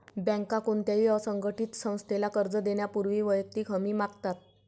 बँका कोणत्याही असंघटित संस्थेला कर्ज देण्यापूर्वी वैयक्तिक हमी मागतात